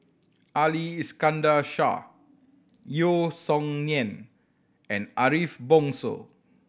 Ali Iskandar Shah Yeo Song Nian and Ariff Bongso